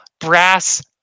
brass